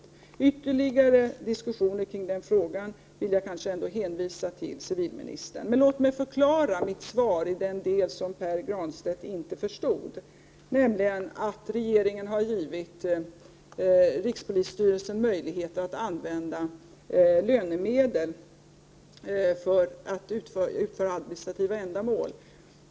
För ytterligare diskussioner i den frågan vill jag kanske ändå hänvisa till civilministern. Låt mig förklara den del i mitt svar som Pär Granstedt inte förstod. Regeringen har givit rikspolisstyrelsen möjlighet att använda lönemedel för administrativa ändamål.